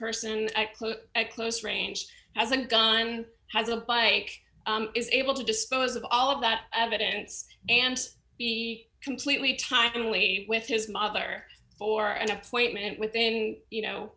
person at close range as a gun has a bike is able to dispose of all of that evidence and be completely timely with his mother for an appointment within you know